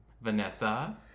Vanessa